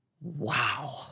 Wow